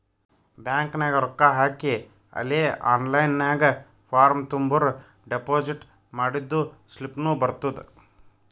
bank ನಾಗ್ ರೊಕ್ಕಾ ಹಾಕಿ ಅಲೇ ಆನ್ಲೈನ್ ನಾಗ್ ಫಾರ್ಮ್ ತುಂಬುರ್ ಡೆಪೋಸಿಟ್ ಮಾಡಿದ್ದು ಸ್ಲಿಪ್ನೂ ಬರ್ತುದ್